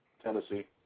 Tennessee